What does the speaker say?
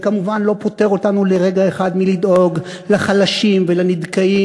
זה כמובן לא פוטר אותנו לרגע אחד מלדאוג לחלשים ולנדכאים,